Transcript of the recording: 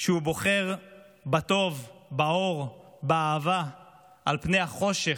כשהוא בוחר בטוב, באור, באהבה על פני החושך,